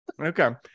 okay